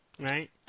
right